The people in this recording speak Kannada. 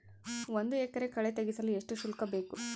ಒಂದು ಎಕರೆ ಕಳೆ ತೆಗೆಸಲು ಎಷ್ಟು ಶುಲ್ಕ ಬೇಕು?